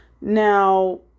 Now